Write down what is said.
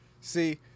See